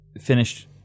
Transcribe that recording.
finished